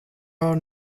are